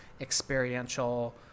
experiential